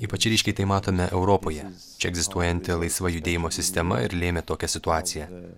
ypač ryškiai tai matome europoje čia egzistuojanti laisva judėjimo sistema ir lėmė tokią situaciją